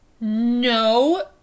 No